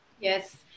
Yes